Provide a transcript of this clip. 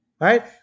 right